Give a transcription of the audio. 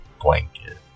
blanket